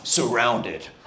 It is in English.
surrounded